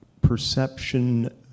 perception